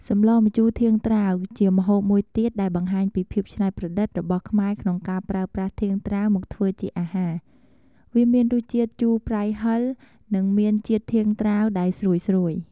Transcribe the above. សម្លម្ជូរធាងត្រាវ ជាម្ហូបមួយទៀតដែលបង្ហាញពីភាពច្នៃប្រឌិតរបស់ខ្មែរក្នុងការប្រើប្រាស់ធាងត្រាវមកធ្វើជាអាហារ។ វាមានរសជាតិជូរប្រៃហឹរ និងមានជាតិធាងត្រាវដែលស្រួយៗ។